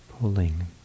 pulling